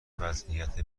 وضعیت